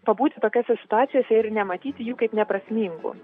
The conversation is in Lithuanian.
pabūti tokiose situacijose ir nematyti jų kaip neprasmingų